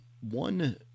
one